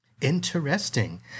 Interesting